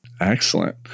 Excellent